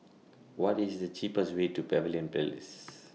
What IS The cheapest Way to Pavilion Place